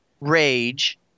rage